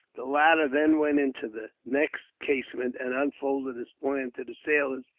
the latter then went into the next casemate, and unfolded his plan to the sailors,